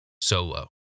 solo